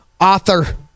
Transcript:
author